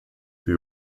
who